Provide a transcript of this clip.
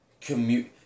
commute